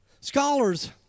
Scholars